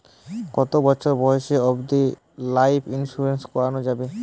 কতো বছর বয়স অব্দি লাইফ ইন্সুরেন্স করানো যাবে?